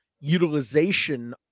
utilization